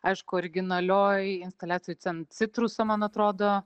aišku originalioj instaliacijoj cen citruso man atrodo